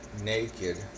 naked